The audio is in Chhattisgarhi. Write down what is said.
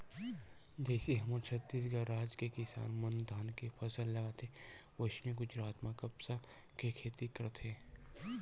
जइसे हमर छत्तीसगढ़ राज के किसान मन धान के फसल लगाथे वइसने गुजरात म कपसा के खेती करथे